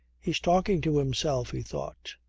he's talking to himself, he thought.